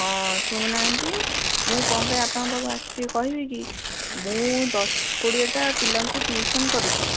ହଁ ଶୁଣୁ ନାହାନ୍ତି ମୁଁ କ'ଣ ପାଇଁ ଆପଣଙ୍କ ପାଖକୁ ଆସିଛି କହିବି କି ମୁଁ ଦଶ କୋଡ଼ିଏଟା ପିଲାଙ୍କୁ ଟିଉସନ୍ କରୁଛି